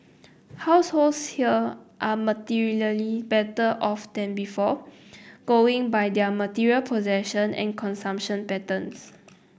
households here are materially better off than before going by their material possession and consumption patterns